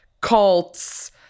cults